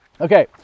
Okay